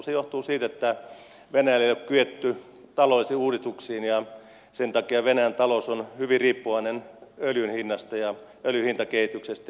se johtuu siitä että venäjällä ei olla kyetty taloudellisiin uudistuksiin ja sen takia venäjän talous on hyvin riippuvainen öljyn hinnasta ja öljyn hintakehityksestä